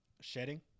shedding